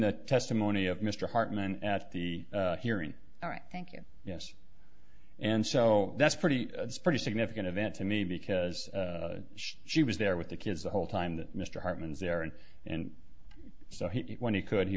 the testimony of mr hartman at the hearing all right thank you yes and so that's pretty pretty significant event to me because she was there with the kids the whole time that mr hartman is there and and so he when he could he